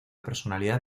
personalidad